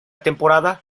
temporada